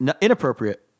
inappropriate